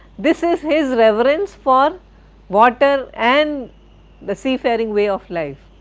this is his reverence for water and the seafaring way of life.